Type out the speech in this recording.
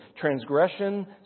Transgression